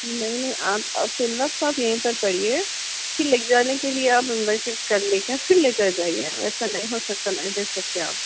نہیں آپ آپ فی الوقت آپ یہیں پر پڑھیے پھر لے کے جانے کے لئے آپ ممبر شپ کر لے کر پھر لے کر جائیے آپ ایسا نہیں ہو سکتا نہیں دے سکتے آپ